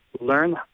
Learn